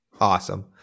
awesome